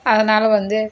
அதனால வந்து